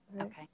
Okay